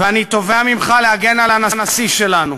אני תובע ממך להגן על הנשיא שלנו.